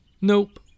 Nope